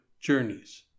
journeys